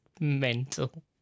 mental